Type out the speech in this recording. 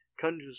conjures